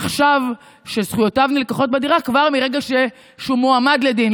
שנחשב שזכויותיו בדירה מלקחות כבר מרגע שהוא מועמד לדין,